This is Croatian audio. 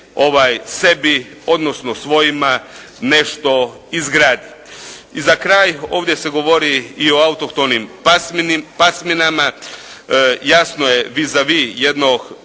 sebi, odnosno svojima nešto izgradi. I za kraj, ovdje se govori i u autohtonim pasminama, jasno je vis a vis jednog,